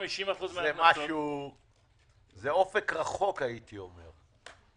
זה אופק רחוק, הייתי אומר.